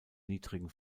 niedrigen